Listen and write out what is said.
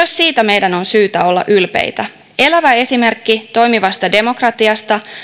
siitä meidän on syytä olla ylpeitä elävä esimerkki toimivasta demokratiasta